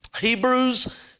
Hebrews